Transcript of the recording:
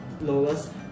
lowest